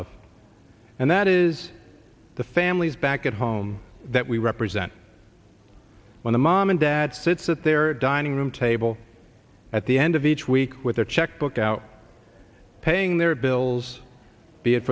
of and that is the families back at home that we represent when the mom and dad sits at their dining room table at the end of each week with their checkbook out paying their bills be it